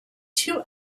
two